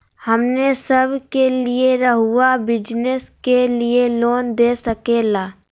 हमने सब के लिए रहुआ बिजनेस के लिए लोन दे सके ला?